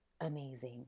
amazing